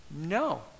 No